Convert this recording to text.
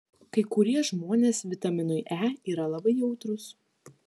kai kurie žmonės vitaminui e yra labai jautrūs